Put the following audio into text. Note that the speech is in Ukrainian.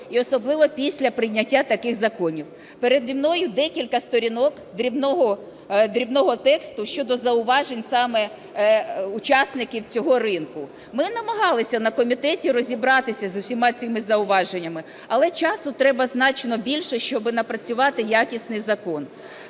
і особливо після прийняття таких законів. Переді мною декілька сторінок дрібного тексту щодо зауважень саме учасників цього ринку. Ми намагалися на комітеті розібратися з усіма цими зауваженнями. Але часу треба значно більше, щоб напрацювати якісний закон.